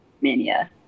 mania